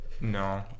No